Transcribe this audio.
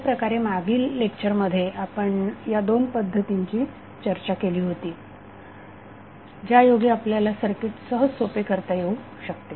अशाप्रकारे मागील लेक्चरमध्ये आपण या दोन पद्धतींची चर्चा केली होती ज्यायोगे आपल्याला सर्किट सहज सोपे करता येऊ शकते